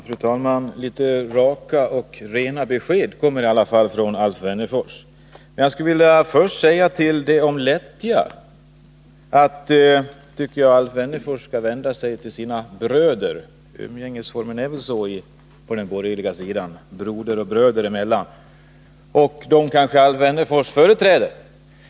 Fru talman! Litet raka och rena besked kommer det i alla fall från Alf Wennerfors. Jag skulle vilja börja med att bemöta det som sades om lättja. Jag tycker att Alf Wennerfors skall vända sig till sina bröder — tilltalsformen är väl sådan på den borgerliga sidan: broder och bröder. Och dessa bröder kanske Alf Wennerfors företräder.